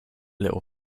little